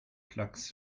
klacks